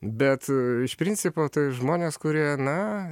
bet iš principo tai žmonės kurie na